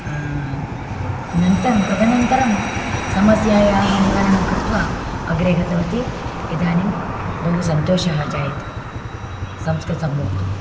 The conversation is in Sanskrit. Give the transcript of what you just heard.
नन्तरं तदनन्तरं समस्यायाः निवारणं कृत्वा अग्रे गतवती इदानीं बहु सन्तोषः जायते संस्कृतं वक्तुं